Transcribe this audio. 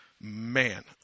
man